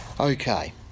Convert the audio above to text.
Okay